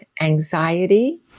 anxiety